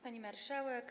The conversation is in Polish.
Pani Marszałek!